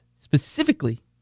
specifically